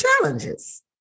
challenges